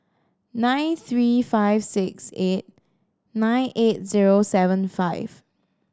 nine three five six eight nine eight zero seven five